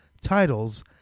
titles